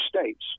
states